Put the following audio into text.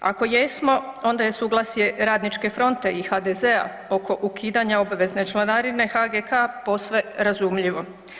Ako jesmo, onda je suglasje Radničke fronte i HDZ-a oko ukidanja obvezne članarine HGK-a, posve razumljivo.